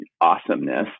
awesomeness